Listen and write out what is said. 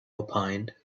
opined